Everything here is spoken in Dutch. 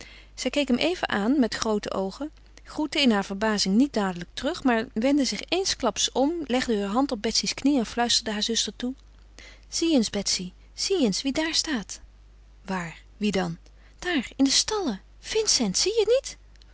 zij keek hem even aan met groote oogen groette in haar verbazing niet dadelijk terug maar wendde zich eensklaps om legde heur hand op betsy's knie en fluisterde haar zuster toe zie eens betsy zie eens wie daar staat waar wie dan daar in de stalles vincent zie je niet